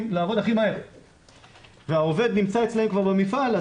לעבוד הכי מהר והעובד נמצא אצלם כבר במפעל,